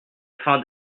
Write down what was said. afin